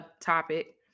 topic